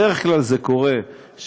בדרך כלל זה קורה כשמישהו,